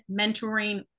mentoring